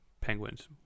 Penguins